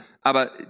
aber